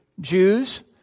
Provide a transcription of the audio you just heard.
Jews